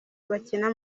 bakina